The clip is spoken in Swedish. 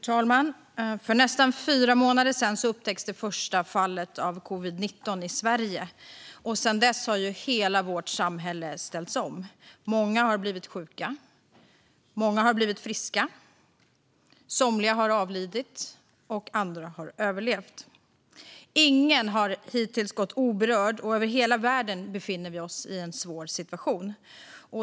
Fru talman! För nästan fyra månader sedan upptäcktes det första fallet av covid-19 i Sverige. Sedan dess har hela vårt samhälle ställts om. Många har blivit sjuka, många har blivit friska, somliga har avlidit och andra har överlevt. Ingen har hittills varit oberörd, och hela världen befinner sig i en svår situation.